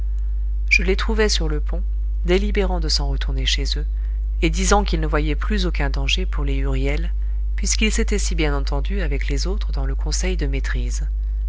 je les trouvai sur le pont délibérant de s'en retourner chez eux et disant qu'ils ne voyaient plus aucun danger pour les huriel puisqu'ils s'étaient si bien entendus avec les autres dans le conseil de maîtrise